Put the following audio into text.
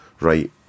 right